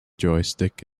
joystick